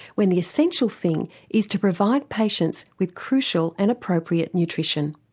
when the essential thing is to provide patients with crucial and appropriate nutrition.